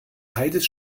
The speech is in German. heides